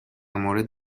مورد